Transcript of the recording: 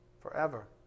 forever